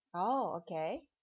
oh okay